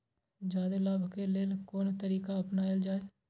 जादे लाभ के लेल कोन तरीका अपनायल जाय?